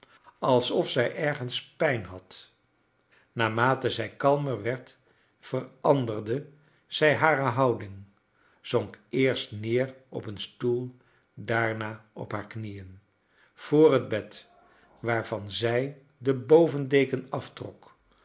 alsof zij ergens pijn had naarmate zij kalmer werd veranderde zij hare bonding zonk cerst neer op een stoel daarna op haar knieen voor het bed waarvan zij de bovoadeken aftrok